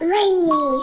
Rainy